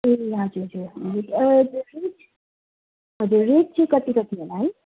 केरा हजुर हजुर हजुर रेट चाहिँ कति कति होला है